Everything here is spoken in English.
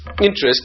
interest